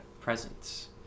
presence